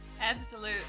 absolute